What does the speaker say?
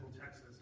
Texas